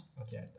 Okay